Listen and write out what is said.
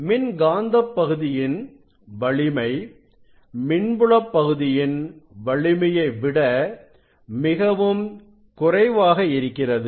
மின்காந்தப் பகுதியின் வலிமை மின்புலப் பகுதியின் வலிமையை விட மிகவும் குறைவாக இருக்கிறது